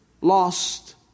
lost